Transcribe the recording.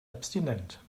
abstinent